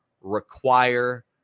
Require